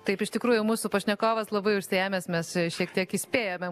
taip iš tikrųjų mūsų pašnekovas labai užsiėmęs mes šiek tiek įspėjame